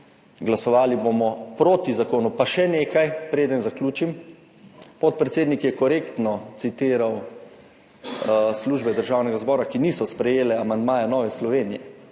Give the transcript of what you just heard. glasovali bomo proti zakonu. Pa še nekaj, preden zaključim, podpredsednik je korektno citiral službe Državnega zbora, ki niso sprejele amandmaja Nove Slovenije.